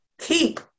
Keep